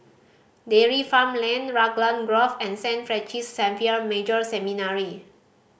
Dairy Farm Lane Raglan Grove and Saint Francis Xavier Major Seminary